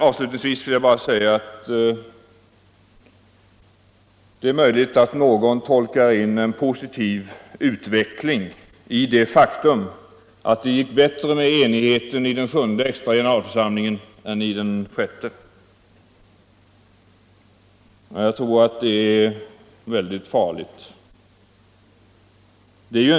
Avslutningsvis vill jag säga att det är möjligt att någon tolkar in en positiv utveckling i det faktum att man lyckades nå större enighet i den sjunde extra generalförsamlingen än i den sjätte — men jag tror att detta är en farlig tolkning.